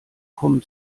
kommen